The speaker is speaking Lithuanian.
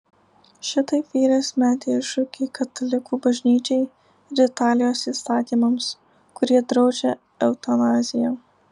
šitaip vyras metė iššūkį katalikų bažnyčiai ir italijos įstatymams kurie draudžia eutanaziją